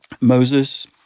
Moses